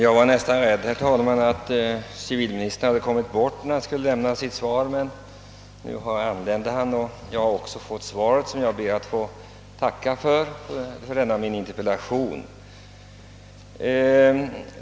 Herr talman! Jag var ett tag rädd att civilministern hade kommit bort, när han skulle lämna sitt svar, men han an lände ju och jag ber att få tacka för svaret.